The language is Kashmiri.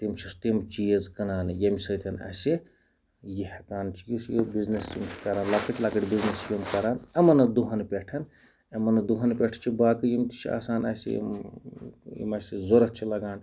تِم چھِ تِم چیٖز کٕنان ییٚمہِ سۭتۍ اَسہِ یہِ ہٮ۪کان چھُ یُس یہِ بِزنِس منٛز چھُ کَران لۄکٕٹۍ لۄکٕٹۍ بِزنِس یِم کَران یِمَن دۄہَن پٮ۪ٹھ یِمَن دۄہَن پٮ۪ٹھ چھِ باقٕے یِم تہِ چھِ آسان اَسہِ یِم یِم اَسہِ ضوٚرَتھ چھِ لَگان